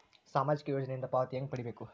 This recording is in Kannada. ಸಾಮಾಜಿಕ ಯೋಜನಿಯಿಂದ ಪಾವತಿ ಹೆಂಗ್ ಪಡಿಬೇಕು?